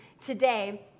today